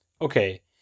Okay